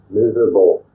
miserable